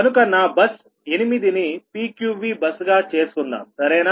కనుక నా బస్ 8 ని PQVబస్ గా చేసుకుందాం సరేనా